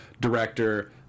director